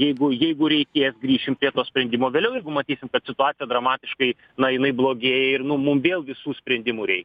jeigu jeigu reikės grįšim prie to sprendimo vėliau jeigu matysim kad situacija dramatiškai na jinai blogėja ir nu mum vėl visų sprendimų reikia